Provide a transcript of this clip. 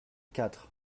quatre